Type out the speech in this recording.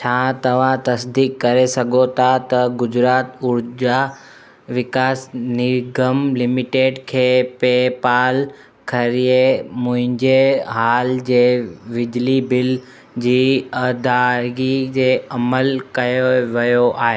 छा तव्हां तसदीकु करे सघो था त गुजरात ऊर्जा विकास निगम लिमिटेड खे पेपाल ज़रिए मुंहिंजे हाल जे बिजली बिल जी अदाइगी जे अमल कयो वियो आहे